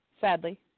sadly